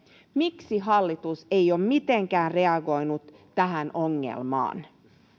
miksi hallitus ei ole mitenkään reagoinut tähän ongelmaan